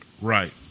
Right